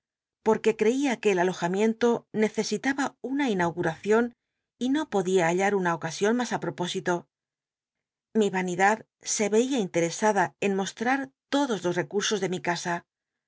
porque creia que el alojamiento necesitaba una innuguraeion y no odia hallar una ocasion mas á propósito mi vanidad se yeia interesada en mostrar todos los recursos de mi casa